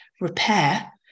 repair